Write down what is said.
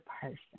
person